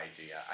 idea